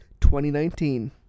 2019